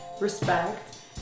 respect